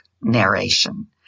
narration